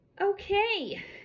Okay